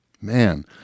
Man